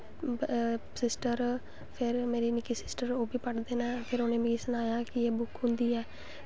sister फिर Nikki sister ओह् बी ओह् बी पढ़दे न फिर उ'नें मिगी सनाया कि एह् बुक्क होंदी ऐ